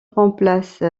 remplace